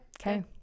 Okay